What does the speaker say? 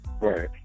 Right